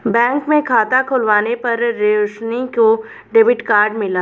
bank में खाता खुलवाने पर रोशनी को डेबिट कार्ड मिला